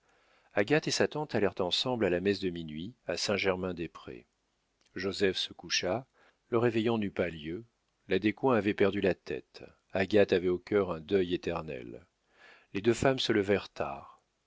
agathe et sa tante allèrent ensemble à la messe de minuit à saint-germain-des-prés joseph se coucha le réveillon n'eut pas lieu la descoings avait perdu la tête agathe avait au cœur un deuil éternel les deux femmes se levèrent